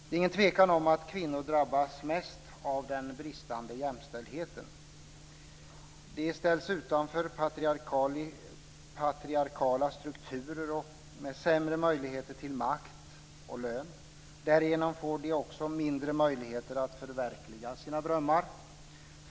Det är ingen tvekan om att kvinnor drabbas mest av den bristande jämställdheten. De ställs utanför patriarkaliska strukturer med sämre möjligheter till makt och lön. Därigenom får de också mindre möjligheter att förverkliga sina drömmar.